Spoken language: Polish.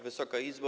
Wysoka Izbo!